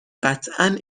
قطعا